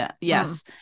yes